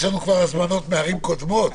יש לנו הזמנות מערים קודמות,